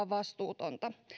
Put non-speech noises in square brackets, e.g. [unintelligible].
[unintelligible] vastuutonta